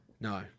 No